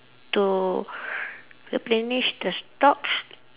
to replenish the stocks